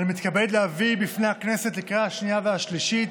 אני מתכבד להביא בפני הכנסת לקריאה השנייה והשלישית